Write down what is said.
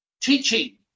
teaching